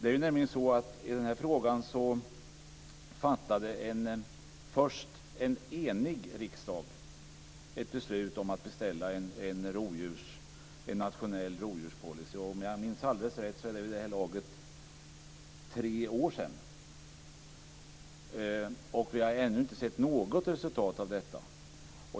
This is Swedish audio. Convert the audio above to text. En enig riksdag fattade beslut om att beställa en nationell rovdjurspolicy. Om jag minns alldeles rätt är det tre år sedan, och vi har ännu inte sett något resultat av detta.